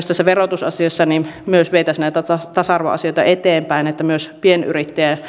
tässä verotusasiassa vietäisiin näitä tasa tasa arvoasioita eteenpäin niin että myös toiminimiyrittäjiä ja pienyrittäjiä